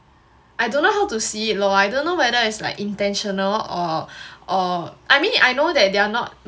I don't know how to see lor I don't know whether it's like intentional or or I mean I know that they are not